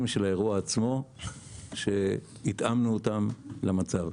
של האירוע עצמו שהתאמנו אותם למצב.